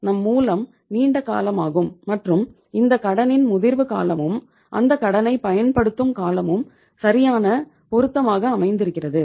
நம் மூலம் நீண்ட காலமாகும் மற்றும் இந்த கடனின் முதிர்வு காலமும் அந்த கடனை பயன்படுத்தும் காலமும் சரியான பொருத்தமாக அமைந்திருக்கிறது